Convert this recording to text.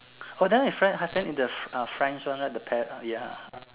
oh that one in French happen in the uh French one right the Par~ uh ya